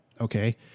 Okay